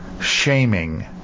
shaming